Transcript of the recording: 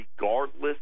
regardless